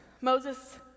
Moses